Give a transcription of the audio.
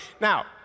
Now